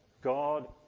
God